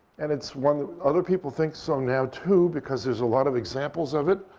and it's one that other people think so now, too, because there's a lot of examples of it.